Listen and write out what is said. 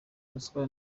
ruswa